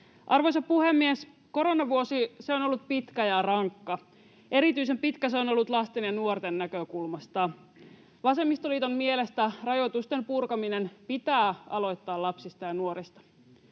Arvoisa puhemies! Koronavuosi on ollut pitkä ja rankka. Erityisen pitkä se on ollut lasten ja nuorten näkökulmasta. Vasemmistoliiton mielestä rajoitusten purkaminen pitää aloittaa lapsista ja nuorista.